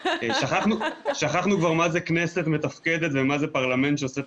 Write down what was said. שכחנו כבר מה זה כנסת מתפקדת ומה זה פרלמנט שעושה את